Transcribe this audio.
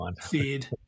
feed